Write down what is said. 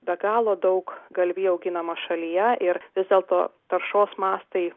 be galo daug galvijų auginama šalyje ir vis dėlto taršos mastai